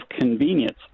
convenience